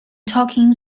talking